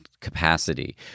capacity